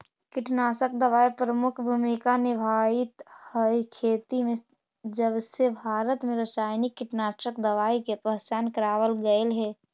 कीटनाशक दवाई प्रमुख भूमिका निभावाईत हई खेती में जबसे भारत में रसायनिक कीटनाशक दवाई के पहचान करावल गयल हे